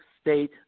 state